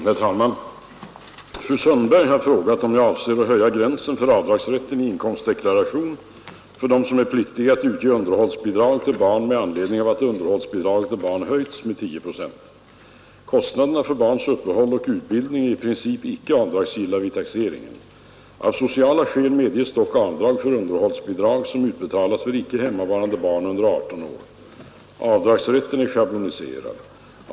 Herr talman! Fru Sundberg har frågat om jag avser att höja gränsen för avdragsrätten i inkomstdeklarationen för dem som är pliktiga att utge underhållsbidrag till barn med anledning av att underhållsbidraget till barn höjs med 10 procent. Kostnader för barns uppehälle och utbildning är i princip inte avdragsgilla vid taxeringen. Av sociala skäl medges dock avdrag för underhållsbidrag som utbetalats för icke hemmavarande barn under 18 år. Avdragsrätten är schabloniserad.